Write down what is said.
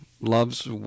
loves